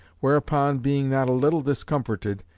whereupon being not a little discomforted,